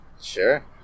Sure